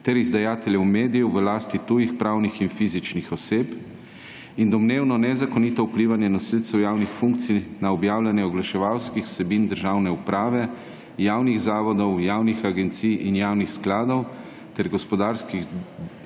izdajateljev medijev v lasti tujih pravnih in fizičnih oseb in domnevno nezakonito vplivanje nosilcev javnih funkcij na objavljanje oglaševalskih vsebin državne uprave, javnih zavodov, javnih agencij in javnih skladov ter gospodarskih